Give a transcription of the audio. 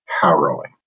harrowing